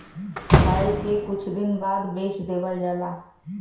बैल के कुछ दिन बाद बेच देवल जाला